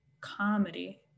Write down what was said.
comedy